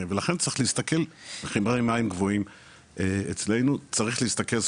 ולכן צריך להסתכל שמאלה וימינה בעולם ולראות